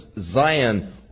Zion